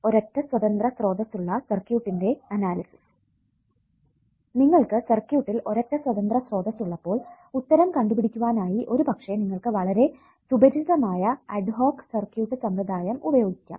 ഒരൊറ്റ സ്വതന്ത്ര സ്രോതസ്സുള്ള സർക്യൂട്ടിന്റെ അനാലിസിസ് നിങ്ങൾക്ക് സർക്യൂട്ടിൽ ഒരൊറ്റ സ്വതന്ത്ര സ്രോതസ്സുള്ളപ്പോൾ ഉത്തരം കണ്ടുപിടിക്കുവാനായി ഒരു പക്ഷെ നിങ്ങൾക്ക് വളരെ സുപരിചിതമായ അഡ് ഹോക്ക് സർക്യൂട്ട് സമ്പ്രദായം ഉപയോഗിക്കാം